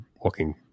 walking